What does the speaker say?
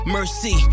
Mercy